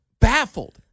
baffled